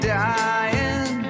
dying